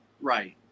right